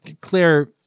Claire